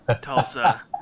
Tulsa